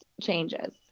changes